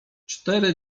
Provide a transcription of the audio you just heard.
cztery